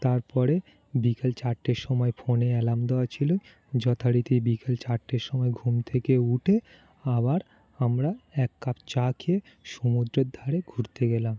তারপরে বিকেল চারটের সময় ফোনে অ্যালাৰ্ম দেওয়া ছিলো যথারীতি বিকাল চারটের সময় ঘুম থেকে উঠে আবার আমরা এক কাপ চা খেয়ে সমুদ্রর ধারে ঘুরতে গেলাম